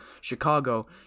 Chicago